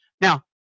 Now